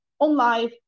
online